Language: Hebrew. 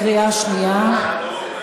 בקריאה שנייה.